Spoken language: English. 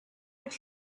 its